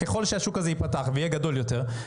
וככל שהשוק הזה ייפתח ויהיה גדול יותר,